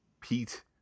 Pete